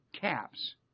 caps